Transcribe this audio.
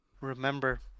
remember